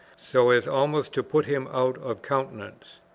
so as almost to put him out of countenance.